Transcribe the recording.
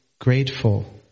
grateful